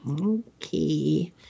Okay